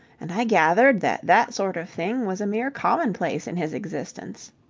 and i gathered that that sort of thing was a mere commonplace in his existence.